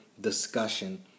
discussion